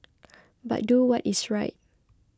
but do what is right